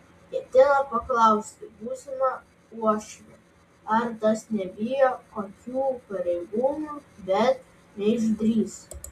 ketino paklausti būsimą uošvį ar tas nebijo kokių pareigūnų bet neišdrįso